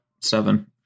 seven